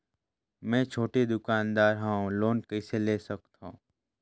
मे छोटे दुकानदार हवं लोन कइसे ले सकथव?